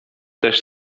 też